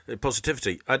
positivity